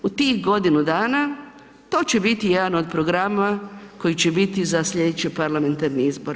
U tih godinu dana to će biti jedan od programa koji će biti za sljedeće parlamentarne izbore.